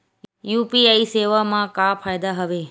UPI सेवा मा का फ़ायदा हवे?